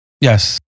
Yes